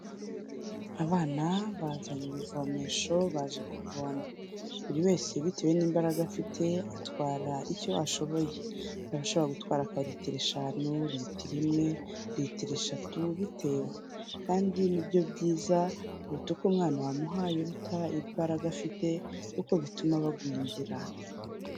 Abana bazanye ibivomesho baje kuvoma. Buri wese bitewe n'imbaraga afite atwara icyo ashoboye. Hari abashobora gutwara aka litiro eshanu, litiro imwe, litiro eshatu bitewe. Kandi ni byo byiza kuruta uko umwana wamuha ibiruta imbaraga afite kuko bituma bagwingira.